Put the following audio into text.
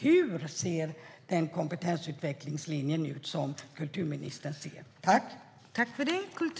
Hur ser kompetensutvecklingslinjen ut?